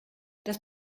das